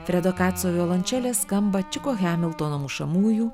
fredo kaco violončelė skamba čiuko hamiltono mušamųjų